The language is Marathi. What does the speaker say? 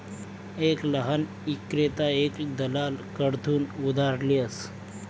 एक लहान ईक्रेता एक दलाल कडथून उधार लेस